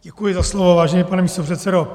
Děkuji za slovo, vážený pane místopředsedo.